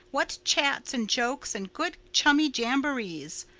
what chats and jokes and good chummy jamborees!